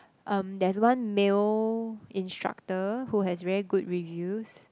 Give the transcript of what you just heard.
um there's one male instructor who has very good reviews